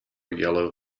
yellow